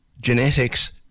genetics